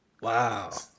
Wow